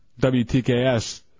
WTKS